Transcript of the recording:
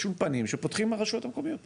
יש רשויות שפותחות הרשויות המקומיות.